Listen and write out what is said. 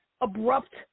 abrupt